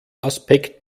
aspekt